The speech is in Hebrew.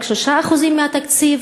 רק 3% מהתקציב